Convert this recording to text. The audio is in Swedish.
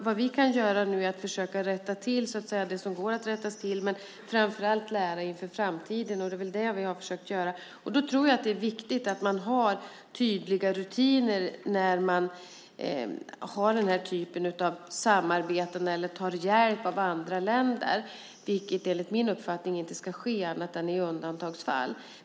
Vad vi kan göra nu är att försöka rätta till det som går att rätta till men framför allt att lära inför framtiden, och det är det vi har försökt att göra. Det är viktigt att man har tydliga rutiner vid den här typen av samarbeten eller när man tar hjälp av andra länder, vilket enligt min uppfattning inte ska ske annat än i undantagsfall.